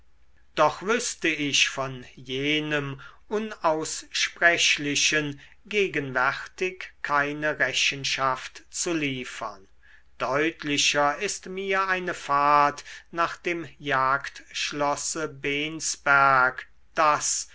doch wüßte ich von jenem unaussprechlichen gegenwärtig keine rechenschaft zu liefern deutlicher ist mir eine fahrt nach dem jagdschlosse bensberg das